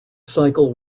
cycle